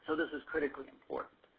so this is critically important.